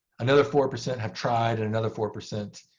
another four percent have tried, and another four percent